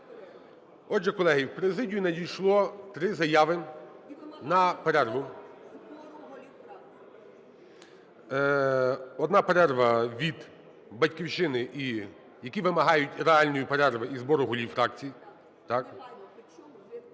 Отже, колеги, в президію надійшло три заяви на перерву. Одна перерва - від "Батьківщини", які вимагають реальної перерви і збору голів фракцій.